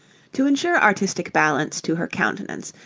to insure artistic balance to her countenance,